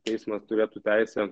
teismas turėtų teisę